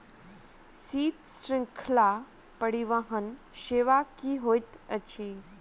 शीत श्रृंखला परिवहन सेवा की होइत अछि?